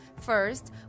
First